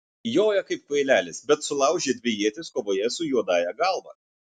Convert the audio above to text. joja kaip kvailelis bet sulaužė dvi ietis kovoje su juodąja galva